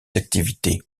activités